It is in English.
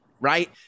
right